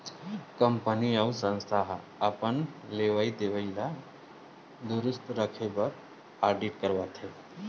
company अउ संस्था ह अपन लेवई देवई ल दुरूस्त राखे बर आडिट करवाथे